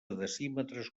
decímetres